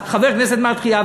חבר כנסת מהתחיה,